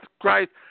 Christ